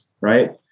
Right